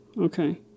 Okay